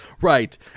Right